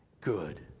good